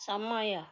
ସମୟ